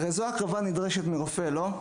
הרי זאת ההקרבה הנדרשת מרופא, לא?